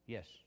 Yes